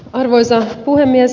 arvoisa puhemies